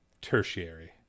tertiary